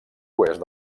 oest